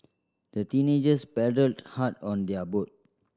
the teenagers paddled hard on their boat